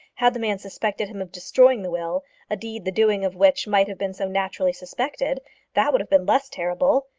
had the man suspected him of destroying the will a deed the doing of which might have been so naturally suspected that would have been less terrible.